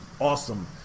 awesome